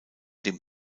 dem